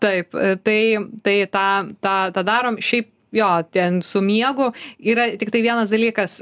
taip tai tai tą tą tą darom šiaip jo ten su miegu yra tiktai vienas dalykas